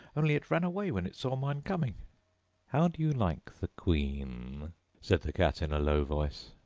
only it ran away when it saw mine coming how do you like the queen said the cat in a low voice.